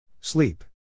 sleep